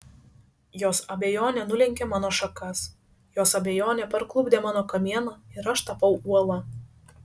jos abejonė nulenkė mano šakas jos abejonė parklupdė mano kamieną ir aš tapau uola